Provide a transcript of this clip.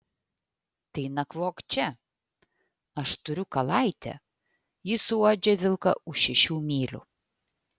tai nakvok čia aš turiu kalaitę ji suuodžia vilką už šešių mylių